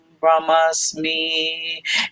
brahmasmi